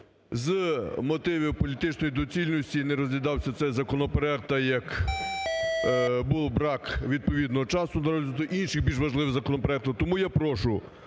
З мотивів політичної доцільності не розглядався цей законопроект, так як був брак відповідного часу для розгляду інших більш важливих законопроектів. Тому я прошу